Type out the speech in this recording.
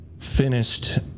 Finished